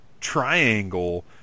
triangle